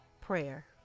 prayer